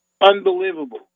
unbelievable